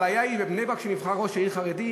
הבעיה היא בבני-ברק שנבחר ראש עיר חרדי,